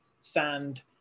sand